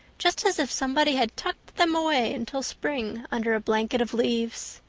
just as if somebody had tucked them away until spring under a blanket of leaves.